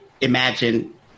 imagine